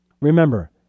remember